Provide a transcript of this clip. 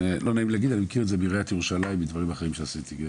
ולא נעים להגיד אני מכיר את זה מעיריית ירושלים מדברים אחרים שעשיתי,